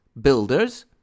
builders